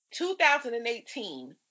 2018